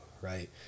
right